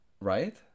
right